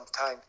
time